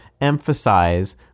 emphasize